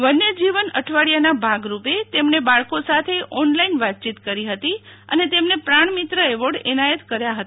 વન્યજીવન અઠવાડિયાના ભાગ રૂપે તેમણે બાળકો સાથે ઓનલાઈન વાતચીત કરી અને તેમને પ્રાણમિત્ર એવોર્ડ એનાયત કર્યા હતા